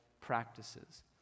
practices